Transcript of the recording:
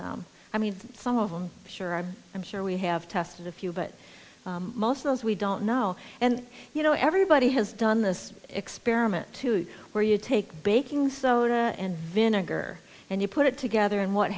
them i mean some of them sure are i'm sure we have tested a few but most of those we don't know and you know everybody has done this experiment to where you take baking soda and vinegar and you put it together and what